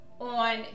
on